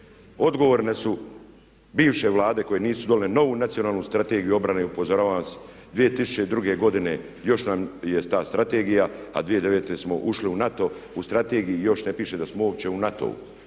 Odgovorne su bivše vlade koje nisu donijele novu Nacionalnu strategiju obrane i upozoravam vas 2002. godine još nam je ta strategija, a 2009. smo ušli u NATO, u strategiji još ne piše da smo uopće da smo u NATO-u.